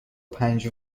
پنج